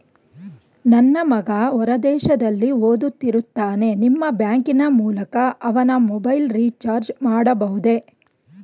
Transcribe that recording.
ನನ್ನ ಮಗ ಹೊರ ದೇಶದಲ್ಲಿ ಓದುತ್ತಿರುತ್ತಾನೆ ನಿಮ್ಮ ಬ್ಯಾಂಕಿನ ಮೂಲಕ ಅವನ ಮೊಬೈಲ್ ರಿಚಾರ್ಜ್ ಮಾಡಬಹುದೇ?